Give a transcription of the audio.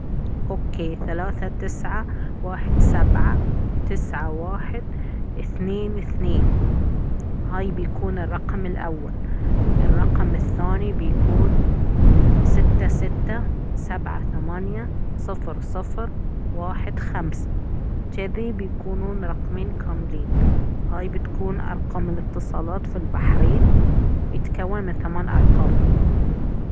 اوكي ثلاثة تسعة واحد سبعة تسعة واحد اثنين اثنين هاي بيكون الرقم الأول الرقم الثاني بيكون ستة ستة سبعة ثمانية صفر صفر واحد خمسة جذي بيكونون رقمين كاملين هاي بكون ارقام الإتصالات في البحرين يتكون من ثمان ارقام